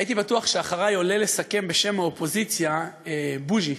הייתי בטוח שאחרי עולה לסכם בשם האופוזיציה בוז'י.